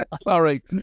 Sorry